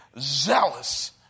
zealous